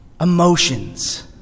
emotions